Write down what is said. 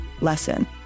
lesson